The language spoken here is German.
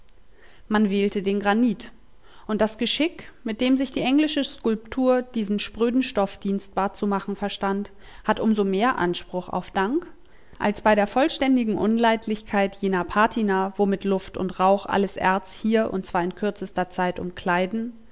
man wählte den granit und das geschick mit dem sich die englische skulptur diesen spröden stoff dienstbar zu machen verstand hat um so mehr anspruch auf dank als bei der vollständigen unleidlichkeit jener patina womit luft und rauch alles erz hier und zwar in kürzester zeit umkleiden